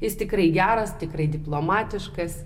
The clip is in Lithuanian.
jis tikrai geras tikrai diplomatiškas